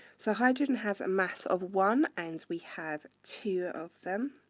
so hydrogen has a mass of one, and we have two of them.